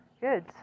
Good